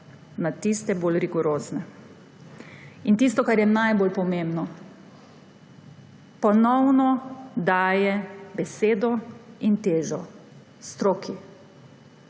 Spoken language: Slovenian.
na tiste bolj rigorozne. Tisto, kar je najbolj pomembno: ponovno daje besedo in težo stroki.